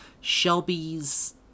Shelby's